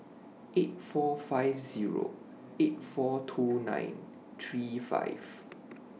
eight four five Zero eight four two nine three five